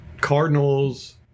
Cardinals